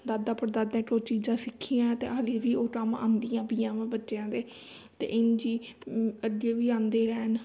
ਦਾਦਾ ਪੜਦਾਦਿਆ ਕੋਲੋਂ ਚੀਜ਼ਾਂ ਸਿੱਖੀਆਂ ਅਤੇ ਹਜੇ ਵੀ ਉਹ ਕੰਮ ਆਉਂਦੀਆ ਪਈਆਂ ਵਾਂ ਬੱਚਿਆਂ ਦੇ ਅਤੇ ਇੰਝ ਹੀ ਅਮ ਅੱਗੇ ਵੀ ਆਉਂਦੇ ਰਹਿਣ